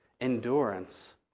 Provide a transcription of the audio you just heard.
endurance